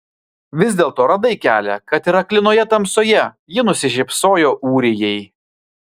vis dėlto radai kelią kad ir aklinoje tamsoje ji nusišypsojo ūrijai